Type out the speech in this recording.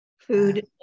food